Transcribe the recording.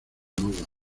nudos